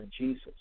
Jesus